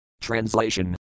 Translation